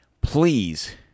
please